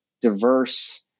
diverse